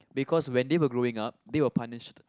because when they were growing up they were punished